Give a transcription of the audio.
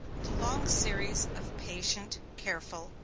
the long series of patient, careful,